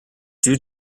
due